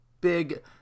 Big